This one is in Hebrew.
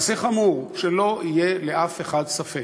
מעשה חמור, שלא יהיה לאף אחד ספק.